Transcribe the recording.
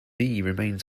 remains